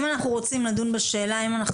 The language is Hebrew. אם אנחנו רוצים לדון בשאלה האם אנחנו